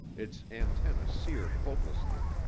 its antennae seared hopelessly,